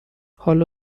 حالا